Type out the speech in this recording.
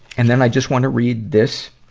and then, i just wanna read this